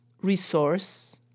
resource